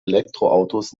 elektroautos